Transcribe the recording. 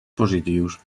positius